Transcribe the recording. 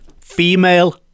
female